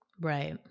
Right